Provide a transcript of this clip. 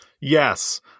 Yes